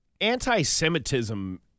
Anti-Semitism